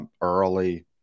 early